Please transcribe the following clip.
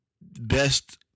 Best